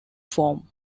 form